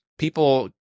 People